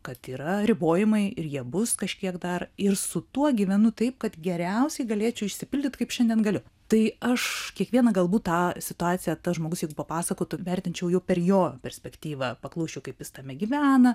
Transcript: kad yra ribojimai ir jie bus kažkiek dar ir su tuo gyvenu taip kad geriausiai galėčiau išsipildyt kaip šiandien galiu tai aš kiekvieną galbūt tą situaciją tas žmogus jeigu papasakotų vertinčiau jau per jo perspektyvą paklausčiau kaip jis tame gyvena